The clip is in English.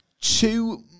Two